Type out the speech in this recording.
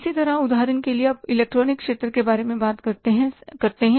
इसी तरह उदाहरण के लिए आप इलेक्ट्रॉनिक क्षेत्र के बारे में बात करते हैं